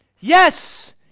Yes